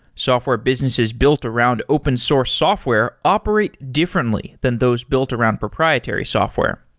software businesses built around open source software operate differently than those built around proprietary software.